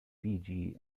fiji